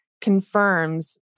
confirms